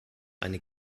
eine